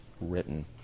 written